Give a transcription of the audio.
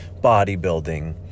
bodybuilding